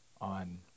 on